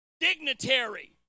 dignitary